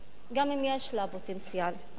גם אם יש לה פוטנציאל עתידי לכך.